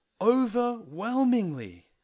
overwhelmingly